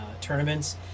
tournaments